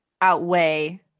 outweigh